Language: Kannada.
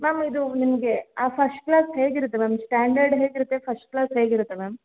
ಮ್ಯಾಮ್ ಇದು ನಿಮಗೆ ಫಶ್ಟ್ ಕ್ಲಾಸ್ ಹೇಗಿರುತ್ತೆ ಮ್ಯಾಮ್ ಶ್ಟ್ಯಾಂಡರ್ಡ್ ಹೇಗಿರುತ್ತೆ ಫಶ್ಟ್ ಕ್ಲಾಸ್ ಹೇಗಿರುತ್ತೆ ಮ್ಯಾಮ್